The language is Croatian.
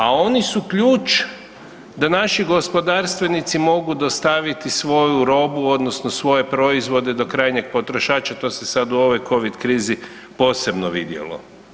A oni su ključ da naši gospodarstvenici mogu dostaviti svoju robu odnosno svoje proizvode do krajnjeg potrošača to se sad u ovoj Covid krizi posebno vidjelo.